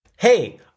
Hey